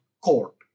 court